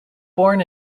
born